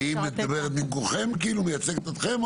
והיא מדברת במקומכם, מייצגת אתכם?